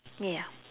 ya